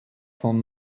von